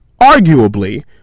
arguably